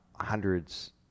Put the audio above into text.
hundreds